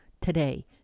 today